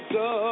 go